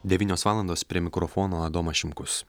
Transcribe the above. devynios valandos prie mikrofono adomas šimkus